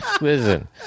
listen